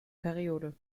periode